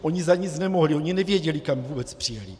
Oni za nic nemohli, oni nevěděli, kam vůbec přijeli.